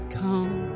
come